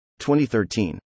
2013